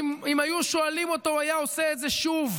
אם היו שואלים אותו הוא היה עושה את זה שוב.